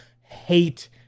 hate